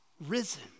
risen